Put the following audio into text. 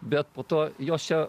bet po to jos čia